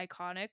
iconic